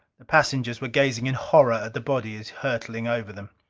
the passengers were gazing in horror at the bodies hurtling over them.